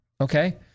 okay